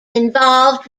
involved